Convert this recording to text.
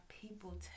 people